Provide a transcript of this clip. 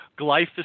glyphosate